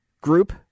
group